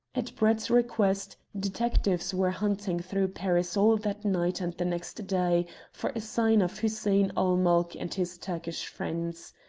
at brett's request, detectives were hunting through paris all that night and the next day for a sign of hussein-ul-mulk and his turkish friends.